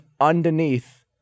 underneath